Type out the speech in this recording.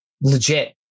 Legit